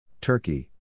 Turkey